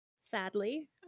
sadly